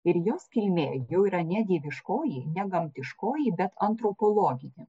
ir jos kilmė jau yra ne dieviškoji ne gamtiškoji bet antropologinė